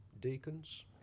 deacons